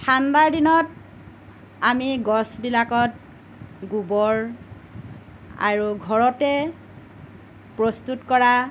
ঠাণ্ডাৰ দিনত আমি গছবিলাকত গোবৰ আৰু ঘৰতে প্ৰস্তুত কৰা